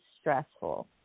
stressful